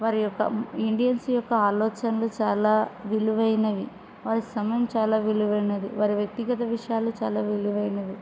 వారి యొక్క ఇండియన్స్ యొక్క ఆలోచనలు చాలా విలువైనవి వారి సమయం చాలా విలువైనది వారి వ్యక్తిగత విషయాలు చాలా విలువైనవి